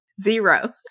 Zero